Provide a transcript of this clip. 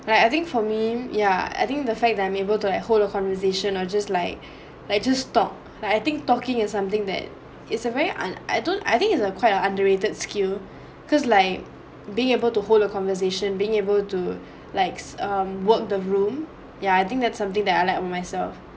like I think for me ya I think the fact I'm able like to hold a conversation or just like like just talk like I think talking in something that is a very and I don't I think is a quite a underrated skill because like being able to hold a conversation being able to likes um work the room ya I think that's something that I like about myself